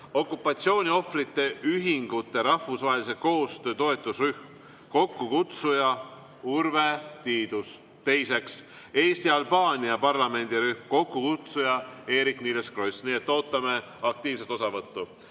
okupatsiooniohvrite ühingute rahvusvahelise koostöö toetusrühm, kokkukutsuja Urve Tiidus. Teiseks, Eesti-Albaania parlamendirühm, kokkukutsuja Eerik-Niiles Kross. Ootame aktiivset osavõttu.